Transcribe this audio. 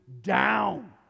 down